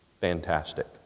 fantastic